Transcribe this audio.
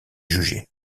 jugé